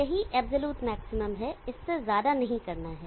यही absolute maximum है इससे ज्यादा नहीं करना है